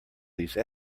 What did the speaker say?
these